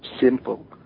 simple